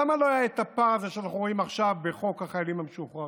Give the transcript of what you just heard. למה לא היה את הפער הזה שאנחנו רואים עכשיו בחוק החיילים המשוחררים?